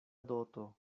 doto